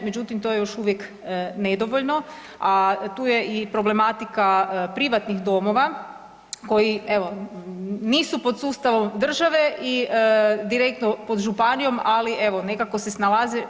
Međutim, to je još uvijek nedovoljno, a tu je i problematika privatnih domova koji evo nisu pod sustavom države i direktno pod županijom, ali evo nekako se snalaze.